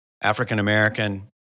African-American